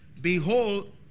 Behold